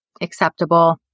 acceptable